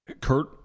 Kurt